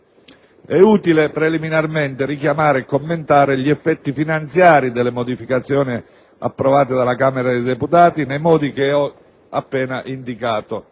È utile preliminarmente richiamare e commentare gli effetti finanziari delle modificazioni approvate dalla Camera dei deputati, nei modi che ho sopra indicato.